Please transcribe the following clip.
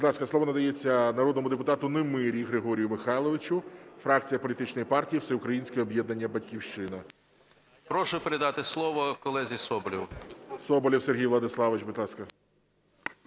слово надається народному депутату Немирі Григорію Михайловичу, фракція політичної партії Всеукраїнське об'єднання "Батьківщина". 11:24:53 НЕМИРЯ Г.М. Прошу передати слово колезі Соболєву. ГОЛОВУЮЧИЙ. Соболєв Сергій Владиславович, будь ласка.